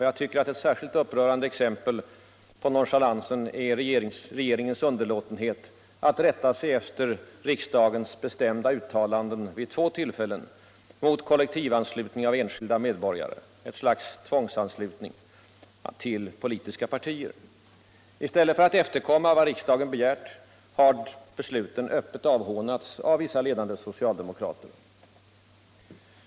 Jag tycker att ett upprörande exempel på regeringspartiets nonchalans är underlåtenheten att rätta sig efter riksdagens bestämda uttalanden vid två tillfällen om kollektivanslutning av enskilda medborgare — ett slags tvångsanslutning — till politiska partier. I stället för att efterkomma vad riksdagen begärt har besluten öppet avhånats av vissa ledande socialdemokrater.